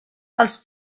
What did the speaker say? els